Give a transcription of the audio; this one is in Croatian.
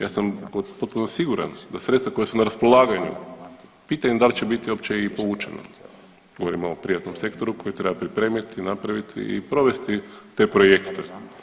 Ja sam gotovo siguran da sredstva koja su na raspolaganju, pitanje da li će biti uopće i povućena, govorim o ovom privatnom sektoru koji treba pripremiti, napraviti i provesti te projekte.